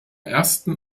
ersten